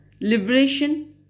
liberation